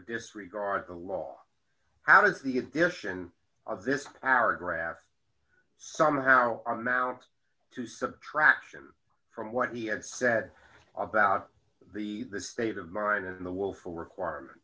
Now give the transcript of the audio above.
disregard the law how does the addition of this paragraph somehow amount to subtraction from what he had said about the state of mind and the willful requirement